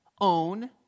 own